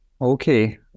Okay